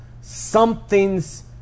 something's